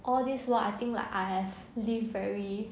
all this while I think like I have lived very